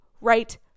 right